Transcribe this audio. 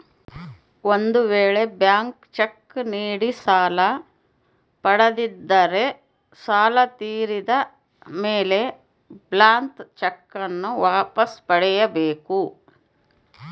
ಒಂದು ವೇಳೆ blank cheque ನೀಡಿ ಸಾಲ ಪಡೆದಿದ್ದರೆ ಸಾಲ ತೀರಿದ ಮೇಲೆ ಬ್ಲಾಂತ್ ಚೆಕ್ ನ್ನು ವಾಪಸ್ ಪಡೆಯ ಬೇಕು